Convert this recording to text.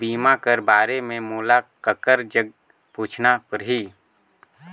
बीमा कर बारे मे मोला ककर जग पूछना परही?